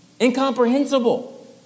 incomprehensible